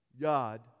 God